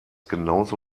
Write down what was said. genauso